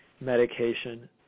medication